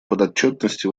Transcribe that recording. подотчетности